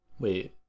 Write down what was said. Wait